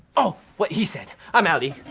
oh! what he said! i'm outtie!